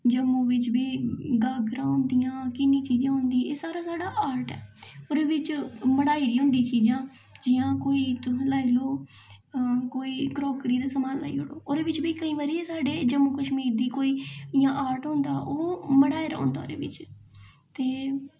जम्मू बिच्च बी गागरां होंदियां किन्नियां चीज़ां होंदियां एह् सारा साढ़ा ऑर्ट ऐ ओह्दे बिच्च मढाई दियां होंदियां चीज़ां कोई तुस लाई लो कोई क्रॉकरी दा समान लाई ओड़ो ओह्दे बिच्च बी कोईं बारे साढ़े जम्मू कशमीर दी कोई ऑर्ट होंदा ओह् मढाए दा होंदा ओह्दे बिच ते